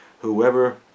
Whoever